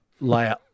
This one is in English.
layer